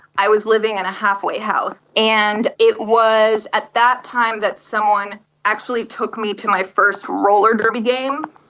i was living in a halfway house and it was at that time that someone actually took me to my first roller derby game.